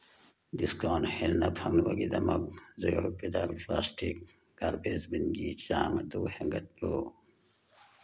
discount ꯍꯦꯟꯅ ꯐꯪꯅꯕꯒꯤꯗꯃꯛ ꯖꯣꯑꯣ ꯄꯦꯗꯥꯜ ꯄ꯭ꯂꯥꯁꯇꯤꯛ ꯒꯥꯔꯕꯦꯖ ꯕꯤꯟꯒꯤ ꯆꯥꯡ ꯑꯗꯨ ꯍꯦꯟꯒꯠꯂꯨ